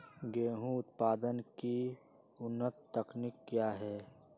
गेंहू उत्पादन की उन्नत तकनीक क्या है?